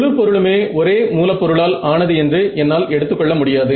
முழு பொருளுமே ஒரே மூலப் பொருளால் ஆனது என்று என்னால் எடுத்துக்கொள்ள முடியாது